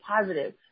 positive